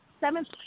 seventh